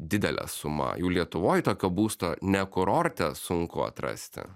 didelė suma jau lietuvoj tokio būsto ne kurorte sunku atrasti